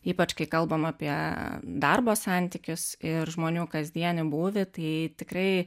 ypač kai kalbam apie darbo santykius ir žmonių kasdienį būvį tai tikrai